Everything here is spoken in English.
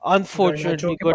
Unfortunately